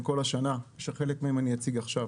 כל השנה ושחלק מהם אני אציג עכשיו,